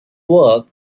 work